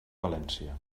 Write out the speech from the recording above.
valència